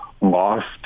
lost